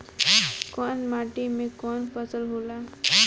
कवन माटी में कवन फसल हो ला?